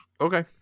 Okay